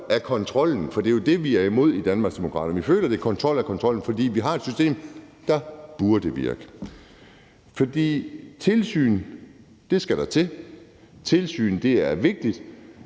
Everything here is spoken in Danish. af kontrollen, selv om det jo er det, vi er imod i Danmarksdemokraterne. Vi føler, at det er kontrol af kontrollen, fordi vi har et system, der burde virke. Tilsyn skal der til. Tilsynet er vigtigt,